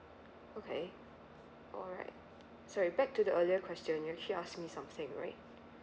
okay alright sorry back to the earlier question you actually ask me something right